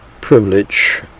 privilege